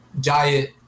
giant